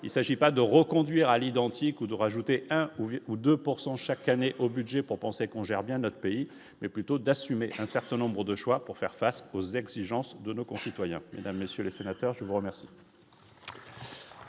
il s'agit pas de reconduire à l'identique ou de rajouter un ou ou 2 pourcent chaque année au budget pour penser qu'on gère bien notre pays, mais plutôt d'assumer un certain nombres de choix pour faire face aux exigences de nos concitoyens, mesdames, messieurs les sénateurs, je vous remercie.